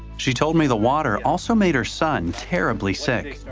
she told me the water also made her son terribly sick.